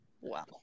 Wow